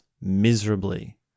miserably